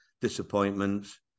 disappointments